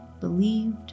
believed